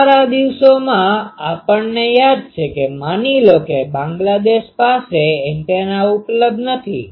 અમારા દિવસોમાં આપણને યાદ છે કે માની લો કે બાંગ્લાદેશ પાસે એન્ટેના ઉપલબ્ધ નથી